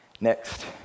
Next